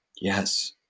Yes